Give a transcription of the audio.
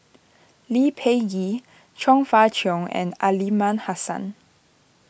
Lee Peh Gee Chong Fah Cheong and Aliman Hassan